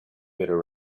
bitter